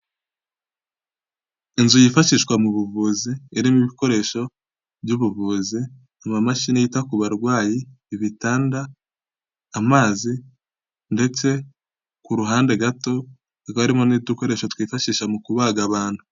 Inzu yifashishwa mu buvuzi irimo ibikoresho by'ubuvuzi, amamashini yita ku barwayi, ibitanda, amazi ndetse ku ruhande gato hakaba harimo n'udukoresho twifashisha mu kubaga abantu.